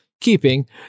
keeping